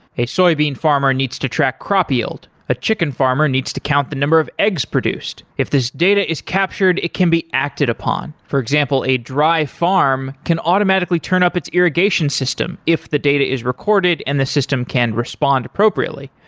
a soybean farmer needs to track crop yield. a chicken farmer needs to count the number of eggs produced. if this data is captured, it can be acted upon. for example, a dry farm can automatically turn up its irrigation system if the data is recorded and the system can respond appropriately,